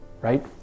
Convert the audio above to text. right